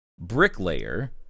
bricklayer